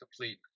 complete